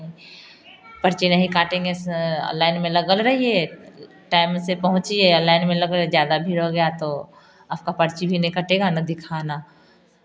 पर्चे नहीं काटेंगे सर लाइन में लगे रहिए टाइम से पहुँचिए लाइन में लगे ज़्यादा भीड़ हो गया तो आप का पर्ची भी नहीं कटेगा ना दिखाना